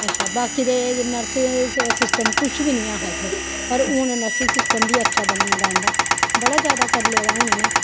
अच्छा बाकी ते ऐ नर्सें दा सिस्टम किश बी निं हा इत्थै पर हून नर्सिंग सिस्टम बी ऐ इत्थै अच्छा बनी गेदा इं'दा बड़ा जैदा करी लेदा हून इ'नें